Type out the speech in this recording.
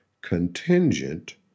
contingent